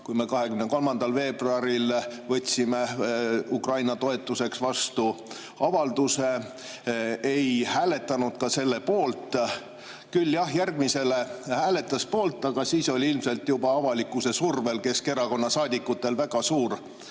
kui me 23. veebruaril võtsime Ukraina toetuseks vastu avalduse. Ta ei hääletanud selle poolt. Küll jah, järgmisel [korral] hääletas poolt, aga siis oli ilmselt avalikkuse survel Keskerakonna saadikutel väga suur